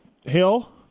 Hill